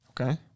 Okay